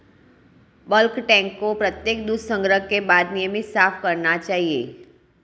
bulk tank को प्रत्येक दूध संग्रह के बाद नियमित साफ करना चाहिए